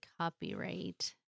copyright